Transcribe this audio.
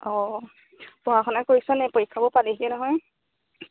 অঁ পঢ়া শুনা কৰিছে নে পৰীক্ষাবোৰ পালেহি নহয়